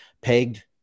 pegged